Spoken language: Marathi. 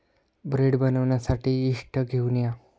ब्रेड बनवण्यासाठी यीस्ट घेऊन या